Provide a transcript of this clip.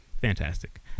fantastic